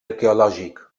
arqueològic